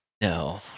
No